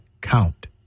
count